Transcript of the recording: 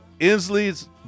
Inslee's